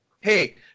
Hey